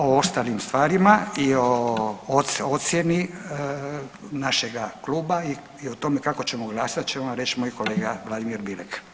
O ostalim stvarima i o ocijeni našega kluba i o tome kako ćemo glasat će vam reći moj kolega Vladimir Bilek.